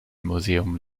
museum